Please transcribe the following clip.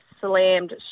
slammed